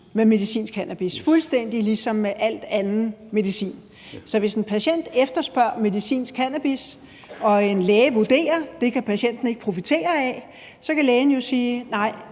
til medicinsk cannabis, fuldstændig ligesom ved al anden medicin. Så hvis en patient efterspørger medicinsk cannabis og en læge vurderer, at det kan patienten ikke profitere af, så kan lægen jo sige: Nej,